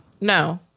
no